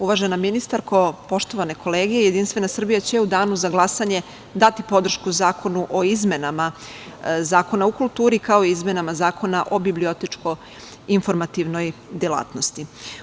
Uvažena ministarko, poštovane kolege JS će u danu za glasanje dati podršku zakonu o izmenama Zakona o kulturi kao i izmenama Zakona o bibliotičko-informativnoj delatnosti.